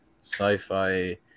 sci-fi